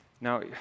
now